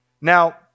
Now